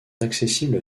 accessibles